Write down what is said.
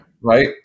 Right